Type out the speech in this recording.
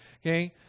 okay